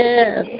Yes